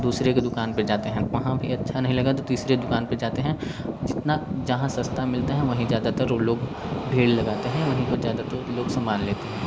दूसरे के दुकान पे जाते है वहाँ भी अच्छा नहीं लगा तो तीसरे के दुकान पे जाते है जितना जहाँ सस्ता मिलता है वहीं ज़्यादातर वो लोग भीड़ लगते हैँ वहीं पर ज़्यादातर लोग सामान लेते हैं